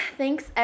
thanks